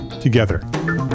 together